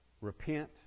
Repent